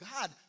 God